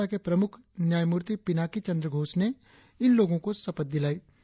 संस्था के प्रमुख न्यायमूर्ति पिनाकी चंद्र घोष ने इन लोगों को शपथ दिलाई